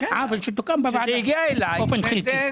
בוועדה באופן חלקי.